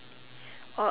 or